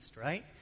right